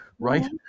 Right